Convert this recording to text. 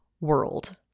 world